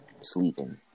sleeping